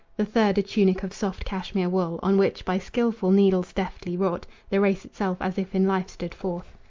the third, a tunic of soft cashmere wool, on which, by skillful needles deftly wrought, the race itself as if in life stood forth.